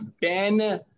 Ben